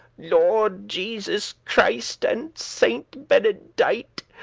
lord jesus christ, and sainte benedight,